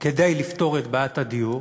כדי לפתור את בעיית הדיור,